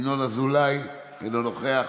ינון אזולאי, אינו נוכח,